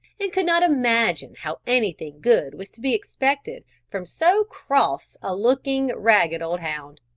and could not imagine how anything good was to be expected from so cross a looking, ragged old hound.